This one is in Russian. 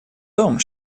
том